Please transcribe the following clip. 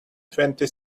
twenty